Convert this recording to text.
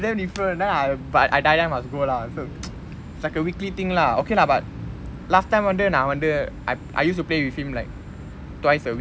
damn different then I but I die die must go lah cause it's like a weekly thing lah okay lah but last time வந்து நா வந்து:vanthu naa vanthu I I used to play with him like twice a week